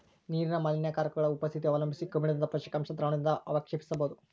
ನೀರಿನ ಮಾಲಿನ್ಯಕಾರಕಗುಳ ಉಪಸ್ಥಿತಿ ಅವಲಂಬಿಸಿ ಕಬ್ಬಿಣದಂತ ಪೋಷಕಾಂಶ ದ್ರಾವಣದಿಂದಅವಕ್ಷೇಪಿಸಬೋದು